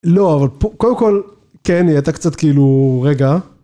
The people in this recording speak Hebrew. ‫לא, אבל פה קודם כול, כן, ‫הייתה קצת כאילו... רגע.